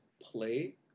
play